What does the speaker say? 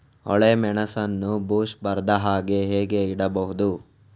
ಒಳ್ಳೆಮೆಣಸನ್ನು ಬೂಸ್ಟ್ ಬರ್ದಹಾಗೆ ಹೇಗೆ ಇಡಬಹುದು?